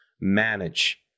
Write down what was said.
manage